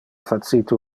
facite